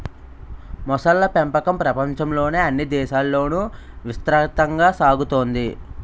మొసళ్ళ పెంపకం ప్రపంచంలోని అన్ని దేశాలలోనూ విస్తృతంగా సాగుతోంది